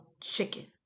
chicken